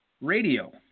Radio